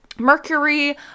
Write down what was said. Mercury